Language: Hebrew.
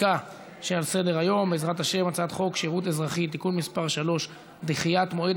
הבנקאות (שירות ללקוח) (תיקון מס' 28) (דחיית מועד